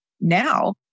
now